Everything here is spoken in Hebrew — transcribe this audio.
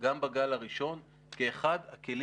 גם בגל הראשון כאחד בכלים